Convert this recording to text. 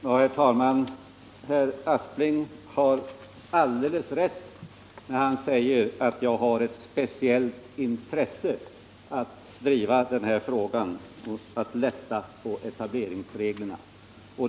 Herr talman! Herr Aspling har alldeles rätt när han säger att jag har ett speciellt intresse av att driva frågan om att lätta på etableringsreglerna.